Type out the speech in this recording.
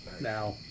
now